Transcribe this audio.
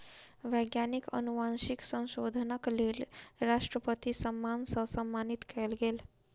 वैज्ञानिक अनुवांशिक संशोधनक लेल राष्ट्रपति सम्मान सॅ सम्मानित कयल गेल